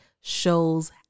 shows